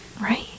Right